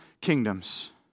kingdoms